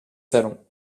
salons